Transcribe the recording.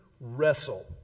wrestle